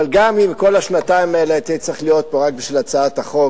אבל גם אם כל השנתיים האלה הייתי צריך להיות פה רק בשביל הצעת החוק,